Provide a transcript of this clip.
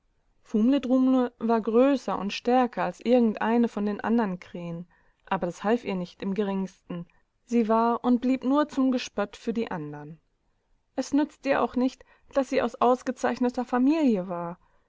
war größer und stärker als irgendeine von den andern krähen aber das half ihr nicht im geringsten sie war und blieb nur zum gespött für die andern es nützte ihr auch nicht daß sie aus ausgezeichneter familie war